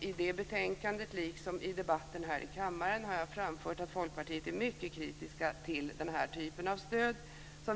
I det betänkandet, liksom i debatten här i kammaren, har jag framfört att Folkpartiet är mycket kritiskt till den här typen av stöd.